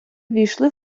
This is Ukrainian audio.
ввійшли